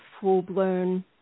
full-blown